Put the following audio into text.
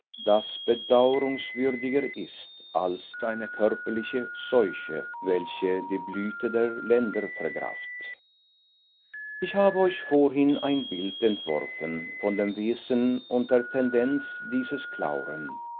das bedauerungswürdiger ist als eine körperliche seuche welche die blüte der länder wegrafft ich habe euch vorhin ein bild entworfen von dem wesen und der tendenz dieses clauren